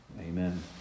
Amen